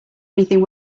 anything